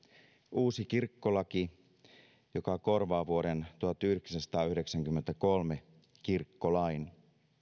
uusi kirkkolaki joka korvaa vuoden tuhatyhdeksänsataayhdeksänkymmentäkolme kirkkolain